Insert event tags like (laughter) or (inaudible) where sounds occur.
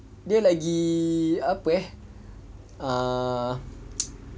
dia lagi apa eh err (noise)